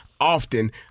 often